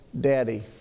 daddy